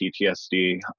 PTSD